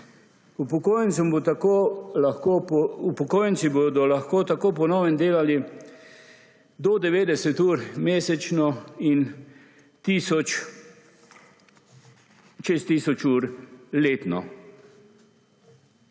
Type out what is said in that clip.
Upokojenci bodo lahko tako po novem delali do 90 ur mesečno in čez tisoč ur letno.